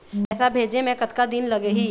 पैसा भेजे मे कतका दिन लगही?